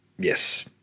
Yes